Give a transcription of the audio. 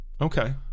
Okay